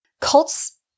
Cults